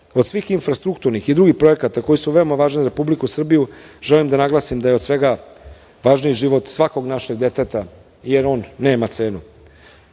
Od svih infrastrukturnih i drugih projekata koji su veoma važni za Republiku Srbiju, želim da naglasim da je od svega važniji život svakog našeg deteta, jer on nema cenu. Vlada